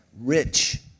rich